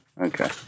Okay